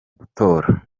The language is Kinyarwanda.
gutora